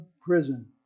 Prison